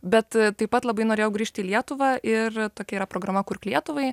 bet taip pat labai norėjau grįžti į lietuvą ir tokia yra programa kurk lietuvai